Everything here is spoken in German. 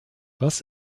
was